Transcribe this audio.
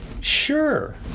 Sure